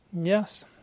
Yes